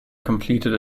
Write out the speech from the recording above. completed